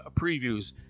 previews